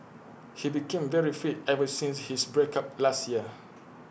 he became very fit ever since his break up last year